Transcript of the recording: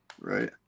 right